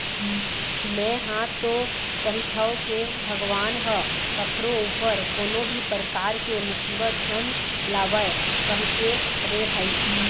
में हा तो कहिथव के भगवान ह कखरो ऊपर कोनो भी परकार के मुसीबत झन लावय कहिके रे भई